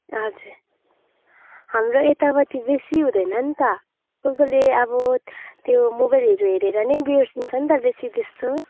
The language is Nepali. हजुर हाम्रो यतापट्टि बेसी हुँदैन नि त कोही कोहीले अब त्यो मोबाइलहरू हेरेर नै बिर्सिन्छ नि त बेसी जस्तो